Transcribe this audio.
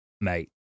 Mate